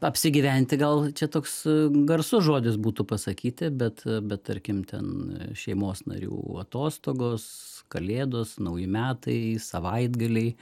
apsigyventi gal čia toks garsus žodis būtų pasakyti bet bet tarkim ten šeimos narių atostogos kalėdos nauji metai savaitgaliai